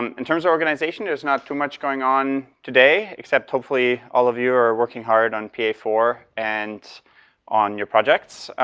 um in terms of organization, there's not too much going on today. except, hopefully, all of you are working hard on p a four and on your projects.